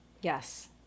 Yes